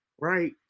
right